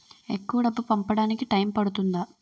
ఎక్కువ డబ్బు పంపడానికి టైం పడుతుందా?